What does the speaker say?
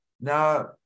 Now